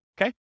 Okay